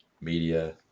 media